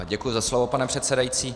Děkuji za slovo, pane předsedající.